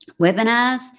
webinars